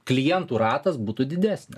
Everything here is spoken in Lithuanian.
klientų ratas būtų didesnis